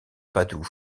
padoue